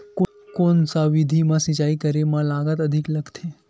कोन सा विधि म सिंचाई करे म लागत अधिक लगथे?